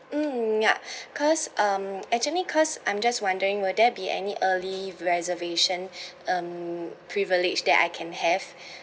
mm yup cause um actually cause I'm just wondering will there be any early reservation um privilege that I can have